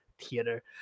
theater